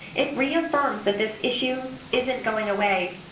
it reaffirms that this issue isn't going away,